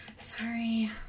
Sorry